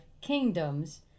kingdoms